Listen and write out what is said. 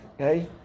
okay